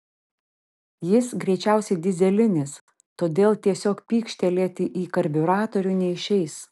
jis greičiausiai dyzelinis todėl tiesiog pykštelėti į karbiuratorių neišeis